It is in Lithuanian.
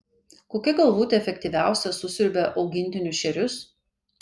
kokia galvutė efektyviausia susiurbia augintinių šerius